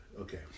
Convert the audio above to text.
Okay